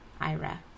Ira